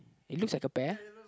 it looks like a pear